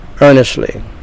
earnestly